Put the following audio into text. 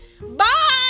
Bye